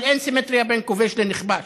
אבל אין סימטריה בין כובש לנכבש,